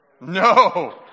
No